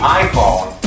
iPhone